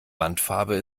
wandfarbe